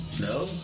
No